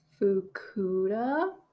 Fukuda